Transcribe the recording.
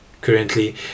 Currently